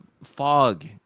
Fog